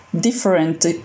different